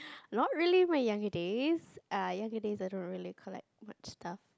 not really my younger days err younger days I don't really collect much stuff